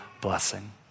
blessing